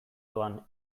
doan